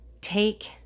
take